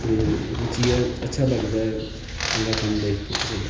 ਅਤੇ ਰੁਚੀ ਆ ਅੱਛਾ ਲੱਗਦਾ ਚੰਗਾ ਕੰਮ ਦੇਖ ਕੇ ਕਿਸੇ ਦਾ